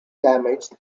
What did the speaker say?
damaged